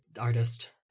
artist